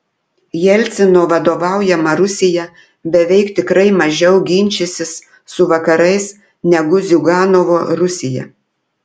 jelcino vadovaujama rusija beveik tikrai mažiau ginčysis su vakarais negu ziuganovo rusija